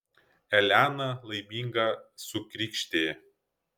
elena laiminga sukrykštė